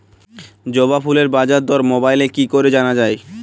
জবা ফুলের বাজার দর মোবাইলে কি করে জানা যায়?